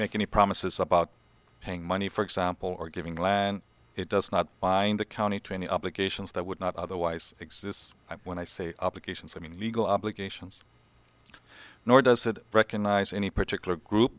make any promises about paying money for example or giving land it does not bind the county twenty obligations that would not otherwise exists when i say obligations i mean legal obligations nor does it recognize any particular group